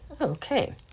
Okay